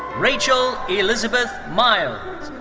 rachel elizabeth miles.